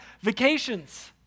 vacations